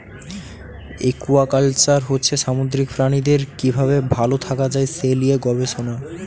aquaculture হচ্ছে সামুদ্রিক প্রাণীদের কি ভাবে ভাল থাকা যায় সে লিয়ে গবেষণা